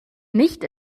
nicht